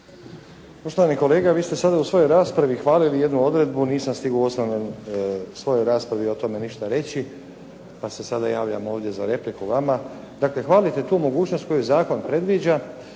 Poštovani kolega, vi ste sada u svojoj raspravi hvalili jednu odredbu, nisam stigao u osobnoj svojoj raspravi ništa o tome reći, pa se sada javljam ovdje za repliku vama. Dakle, hvalite tu mogućnost koju zakon predviđa